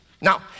Now